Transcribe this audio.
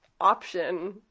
option